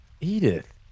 Edith